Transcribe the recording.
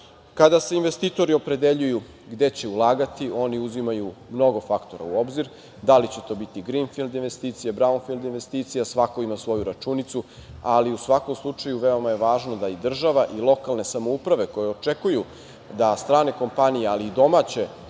se investitori opredeljuju gde će ulagati, oni uzimaju mnogo faktora u obzir. Da li će to biti grinfild investicije, braunfild investicije, svako ima svoju računicu, ali u svakom slučaju veoma je važno da i država i lokalne samouprave koje očekuju da strane kompanije, ali i domaće